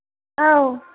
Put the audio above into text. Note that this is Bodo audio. औ